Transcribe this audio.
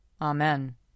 Amen